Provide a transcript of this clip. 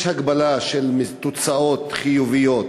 יש הגבלה של תוצאות חיוביות,